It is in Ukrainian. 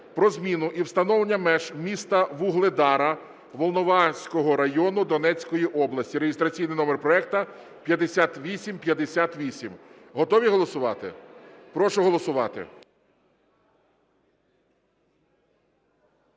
про зміну і встановлення меж міста Вугледара Волноваського району Донецької області (реєстраційний номер 5858). Готові голосувати? Прошу голосувати.